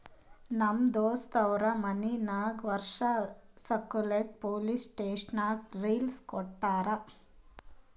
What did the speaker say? ನಮ್ ದೋಸ್ತ್ ಅವ್ರ ಮನಿ ನಾಕ್ ವರ್ಷ ಸಲ್ಯಾಕ್ ಪೊಲೀಸ್ ಸ್ಟೇಷನ್ಗ್ ಲೀಸ್ ಕೊಟ್ಟಾರ